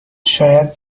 شاید